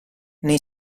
nei